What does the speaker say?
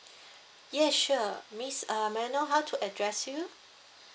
yes sure miss uh may I know how to address you